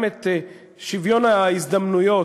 גם את שוויון ההזדמנויות,